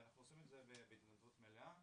אנחנו עושים את זה בהתנדבות מלאה.